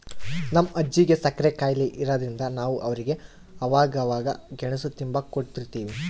ನಮ್ ಅಜ್ಜಿಗೆ ಸಕ್ರೆ ಖಾಯಿಲೆ ಇರಾದ್ರಿಂದ ನಾವು ಅವ್ರಿಗೆ ಅವಾಗವಾಗ ಗೆಣುಸು ತಿಂಬಾಕ ಕೊಡುತಿರ್ತೀವಿ